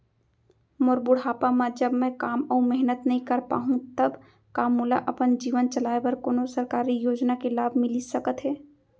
मोर बुढ़ापा मा जब मैं काम अऊ मेहनत नई कर पाहू तब का मोला अपन जीवन चलाए बर कोनो सरकारी योजना के लाभ मिलिस सकत हे?